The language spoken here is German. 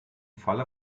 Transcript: falle